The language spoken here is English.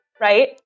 right